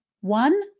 one